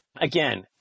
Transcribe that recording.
again